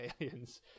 aliens